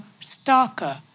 starker